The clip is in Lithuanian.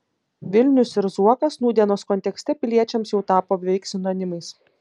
vilnius ir zuokas nūdienos kontekste piliečiams jau tapo beveik sinonimais